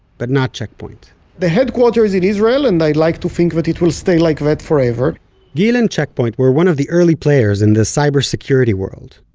but not check point the headquarter is in israel and i'd like to think that it will stay like that forever gil and check point were one of the early players in the cybersecurity world.